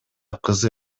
кызы